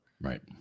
right